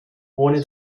ohne